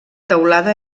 teulada